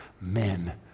men